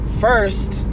first